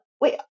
Wait